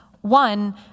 One